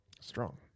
Strong